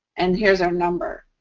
and here's our number.